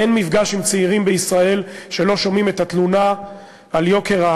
אין מפגש עם צעירים בישראל שלא שומעים בו את התלונה על יוקר,